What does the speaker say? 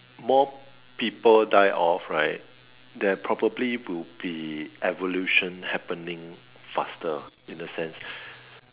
more people die off right there probably will be evolution happening faster in the sense